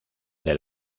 del